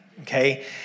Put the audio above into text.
okay